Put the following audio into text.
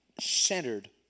centered